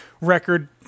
record